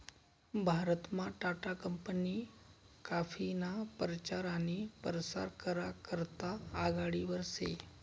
भारतमा टाटा कंपनी काफीना परचार आनी परसार करा करता आघाडीवर शे